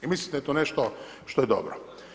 I mislim da je to nešto što je dobro.